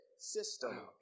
system